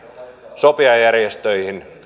sopijajärjestöihin